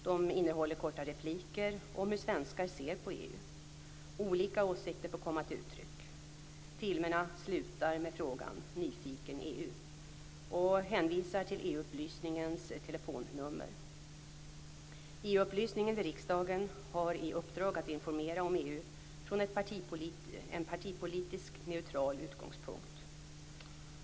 De innehåller korta repliker om hur svenskarna ser på EU. Olika åsikter får komma till uttryck. Filmerna slutar med frågan: - Nyfiken EU? och hänvisar till EU-upplysningens telefonnummer. EU-upplysningen vid riksdagen har i uppdrag att informera om EU från en partipolitiskt neutral utgångspunkt.